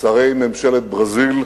שרי ממשלת ברזיל,